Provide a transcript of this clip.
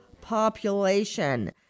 population